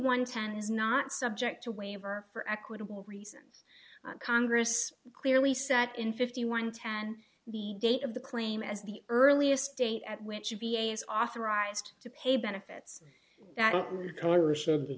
is not subject to waiver for equitable reasons congress clearly set in fifty one ten the date of the claim as the earliest date at which would be a is authorized to pay benefits that